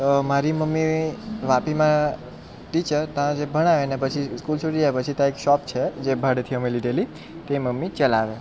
તો મારી મમ્મી વાપીમાં ટીચર જે ભણાવે અને પછી સ્કૂલ છૂટી જાય પછી ત્યાં એક શોપ છે જે ભાડેથી અમે લીધેલી તે મમ્મી ચલાવે